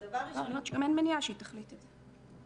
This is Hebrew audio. וגם בשליש האחר,